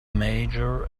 mayor